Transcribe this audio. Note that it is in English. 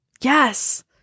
Yes